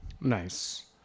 Nice